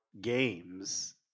games